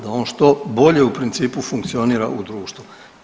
Da on što bolje u principu funkcionira u društvu.